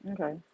Okay